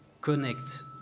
connect